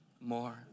more